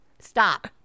stop